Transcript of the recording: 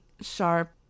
Sharp